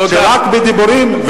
שרק בדיבורים,